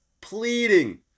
pleading